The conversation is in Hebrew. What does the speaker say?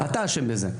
אתה אשם בזה.